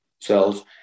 cells